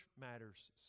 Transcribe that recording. matters